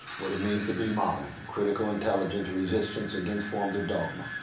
what it means to be modern, critical intelligence resistance against forms of dogma.